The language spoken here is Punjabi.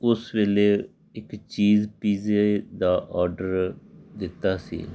ਉਸ ਵੇਲੇ ਇੱਕ ਚੀਜ਼ ਪੀਜ਼ੇ ਦਾ ਔਡਰ ਦਿੱਤਾ ਸੀ